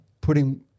putting